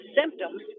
symptoms